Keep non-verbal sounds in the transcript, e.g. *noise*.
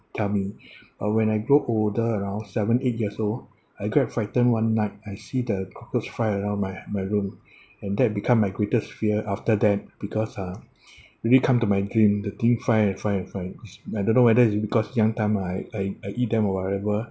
tell me uh when I grow old around seven eight years old I get frightened one night I see the cockroach fly around my my room *breath* and that become my greatest fear after that because uh *breath* really come to my dream the thing fly and fly and fly because I don't know whether it's because young time I I I eat them or whatever